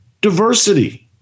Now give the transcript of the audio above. diversity